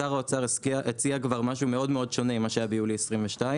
שר האוצר הציע כבר משהו מאוד שונה ממה שהיה ביולי 2022,